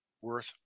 worth